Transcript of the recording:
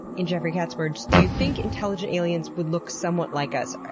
in jeffrey katz's words do you think intelligent aliens would look somewhat like us?